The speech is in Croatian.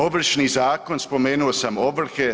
Ovršni zakon, spomenuo sam ovrhe.